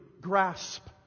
grasp